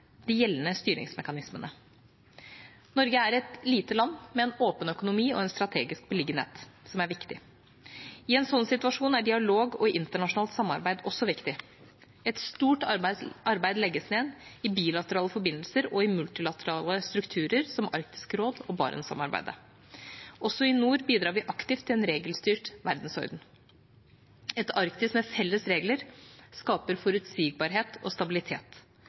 de gjeldende styringsmekanismene. Norge er et lite land med en åpen økonomi og en strategisk viktig beliggenhet. I en slik situasjon er dialog og internasjonalt samarbeid viktig. Et stort arbeid legges ned i bilaterale forbindelser og i multilaterale strukturer som Arktisk råd og Barentssamarbeidet. Også i nord bidrar vi aktivt til en regelstyrt verdensorden. Et Arktis med felles regler skaper forutsigbarhet og stabilitet.